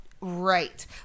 Right